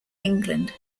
england